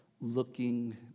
looking